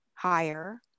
higher